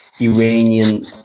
Iranian